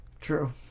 True